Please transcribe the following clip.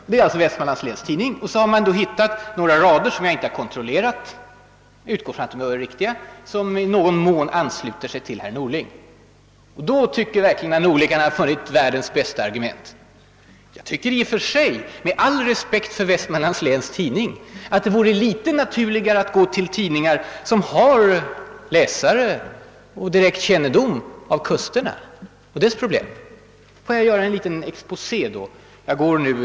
I tidningen hade man funnit några rader — jag har inte kontrollerat dem, men jag utgår från att hans citat var korrekt — som i någon mån ansluter sig till herr Norlings uppfattning. Herr Norling trodde sig ha funnit världens bästa argument. Jag tycker, med all respekt för Vestmanlands Läns Tidning, att det vore litet naturligare att gå till tidningar vilkas läsare bor vid och har kännedom om de kuster som berörs av supertankers och deras problem. Får jag då göra en liten exposé över tidningsuttalanden.